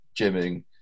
gymming